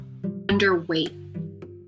underweight